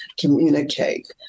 communicate